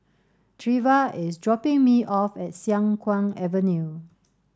Treva is dropping me off at Siang Kuang Avenue